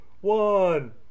one